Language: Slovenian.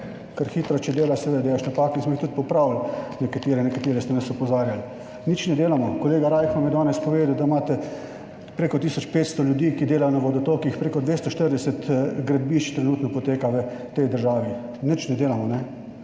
kar hitro. Če delaš, seveda delaš napake. In smo jih tudi popravili, nekatere, na katere ste nas opozarjali. Nič ne delamo? Kolega Rajh vam je danes povedal, da imate preko tisoč 500 ljudi, ki delajo na vodotokih, preko 240 gradbišč trenutno poteka v tej državi. Nič ne delamo?